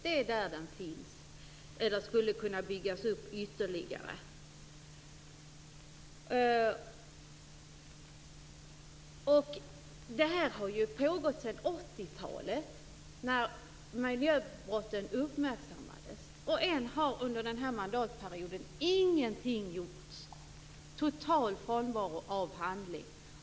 Det är där den finns och skulle kunna byggas upp ytterligare. Det här har pågått sedan 80-talet, när miljöbrotten uppmärksammades. Under den här mandatperioden har ännu ingenting gjorts. Total frånvaro av handling.